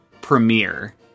premiere